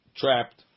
trapped